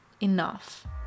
enough